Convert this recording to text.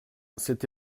cette